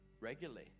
regularly